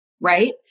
right